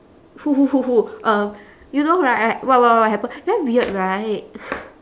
who who who who um you know right what what what happen damn weird right